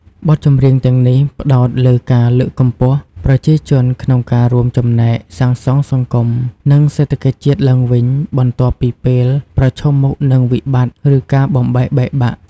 បទចម្រៀងទាំងនេះ ផ្តោតលើការលើកកម្ពស់ ប្រជាជនក្នុងការរួមចំណែកសាងសង់សង្គម និងសេដ្ឋកិច្ចជាតិឡើងវិញ បន្ទាប់ពីពេលប្រឈមមុខនឹងវិបត្តិ ឬការបំបែកបែកបាក់។